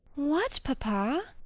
what, papa?